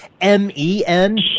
M-E-N